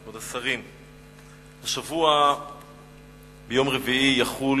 כבוד השרים, השבוע ביום רביעי יחול